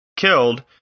killed